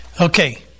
Okay